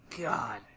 God